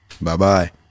bye-bye